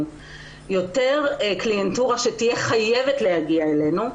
יותר קליינטורה שתהיה חייבת להגיע אלינו,